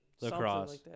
Lacrosse